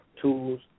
tools